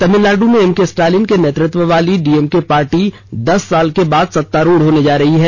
तमिलनाडु में M K Stalin के नेतृत्व वाली डीएमके पार्टी दस साल के बाद सत्तारूढ होने जा रही है